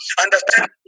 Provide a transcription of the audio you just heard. Understand